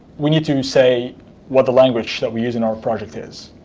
we need to say what the language that we use in our project is.